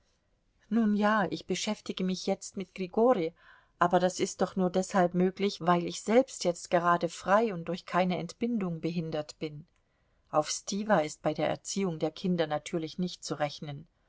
nun ja ich beschäftige mich jetzt mit grigori aber das ist doch nur deshalb möglich weil ich selbst jetzt gerade frei und durch keine entbindung behindert bin auf stiwa ist bei der erziehung der kinder natürlich nicht zu rechnen